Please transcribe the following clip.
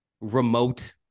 remote